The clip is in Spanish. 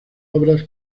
obras